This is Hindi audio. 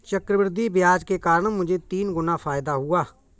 चक्रवृद्धि ब्याज के कारण मुझे तीन गुना फायदा हुआ